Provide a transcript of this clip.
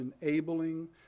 enabling